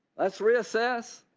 let's reassess?